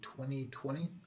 2020